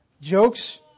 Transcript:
jokes